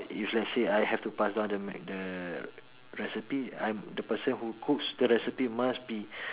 if let's say if I have to pass down the m~ the recipe I'm the person who cooks the recipe must be